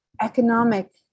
economic